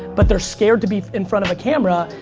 but they're scared to be in front of a camera,